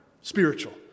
spiritual